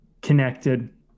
connected